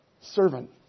servant